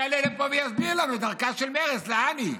שיעלה לפה ויסביר לנו: דרכה של מרצ, לאן היא?